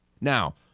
Now